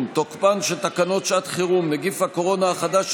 תוקפן של תקנות שעת חירום (נגיף הקורונה החדש,